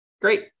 Great